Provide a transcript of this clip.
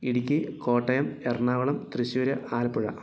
Idukki Kottayam Ernakulam Thrissur Alappuzha